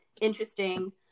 interesting